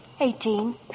Eighteen